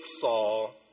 Saul